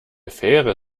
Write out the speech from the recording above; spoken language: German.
fähre